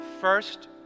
First